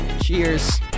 cheers